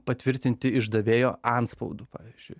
patvirtinti išdavėjo antspaudu pavyzdžiui